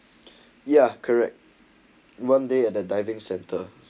ya correct one day at a diving center